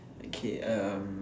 okay um